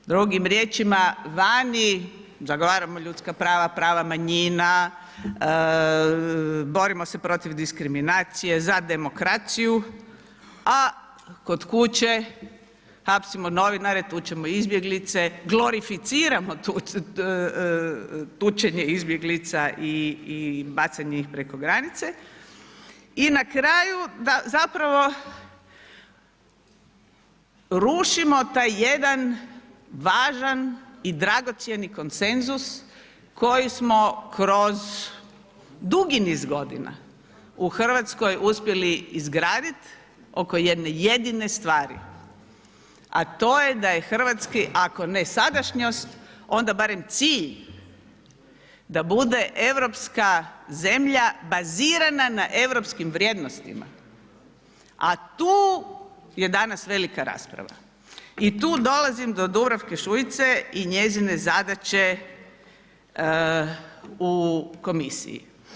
Drugim riječima, zagovaramo ljudska prava, prava manjina, borimo se protiv diskriminacije za demokraciju, a kod kuće hapsimo novinare, tučemo izbjeglice, glorificiramo tučenje izbjeglica i bacanje njih preko granice i na kraju rušimo taj jedan važan i dragocjeni konsenzus koji smo kroz dugi niz godina u Hrvatskoj uspjeli izgraditi oko jedne jedine stvari, a to je da je hrvatski ako ne sadašnjost onda barem cilj da bude europska zemlja bazirana na europskim vrijednostima, a tu je danas velika rasprava i tu dolazim do Dubravke Šuice i njezine zadaće u Komisiji.